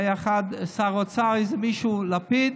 היה שר אוצר אחד, איזה מישהו, לפיד,